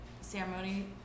ceremony